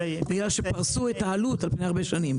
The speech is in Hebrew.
בגלל שפרשו את העלות על פני הרבה שנים.